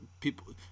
people